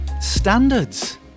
Standards